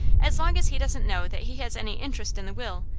as long as he doesn't know that he has any interest in the will,